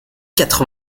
quatre